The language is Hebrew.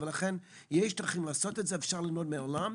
לכן, יש דרכים לעשות את זה, אפשר ללמוד מהעולם,